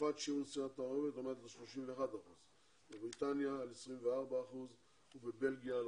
בצרפת שיעור נישואי התערובת עומד על 31%. בבריטניה על 24% ובבלגיה על